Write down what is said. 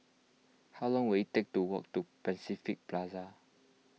how long will it take to walk to Pacific Plaza